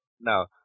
Now